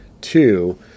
two